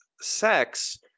sex